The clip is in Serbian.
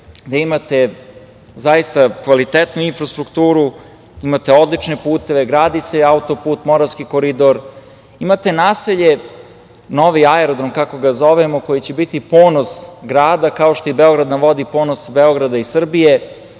gde imate zaista kvalitetnu infrastrukturu, imate odlične puteve, gradi se autoput Moravski koridor. Imate naselje Novi aerodrom, kako ga zovemo, koji će biti ponos grada, kao što je i „Beograda na vodi“ ponos Beograda i Srbije,